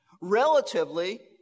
relatively